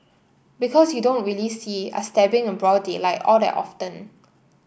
because you don't really see a stabbing in broad daylight all that often